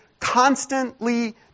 constantly